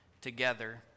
together